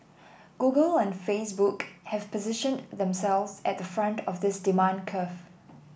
google and Facebook have positioned themselves at the front of this demand curve